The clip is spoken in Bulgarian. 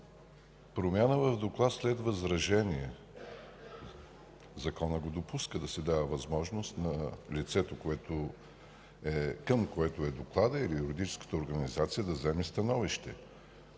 Промяна в доклад след възражение – Законът допуска да се дава възможност на лицето, към което е докладът, или юридическата организация да вземе становище